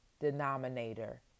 denominator